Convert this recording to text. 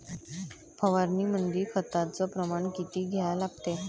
फवारनीमंदी खताचं प्रमान किती घ्या लागते?